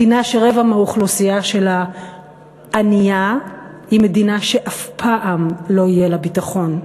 מדינה שרבע מהאוכלוסייה שלה עני היא מדינה שאף פעם לא יהיה לה ביטחון.